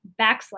backslash